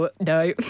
no